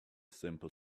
simple